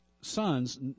sons